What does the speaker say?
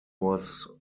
was